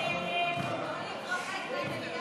ההצעה להעביר לוועדה את הצעת חוק הגנת הצרכן (תיקון,